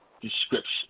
description